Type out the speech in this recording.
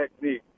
technique